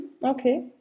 Okay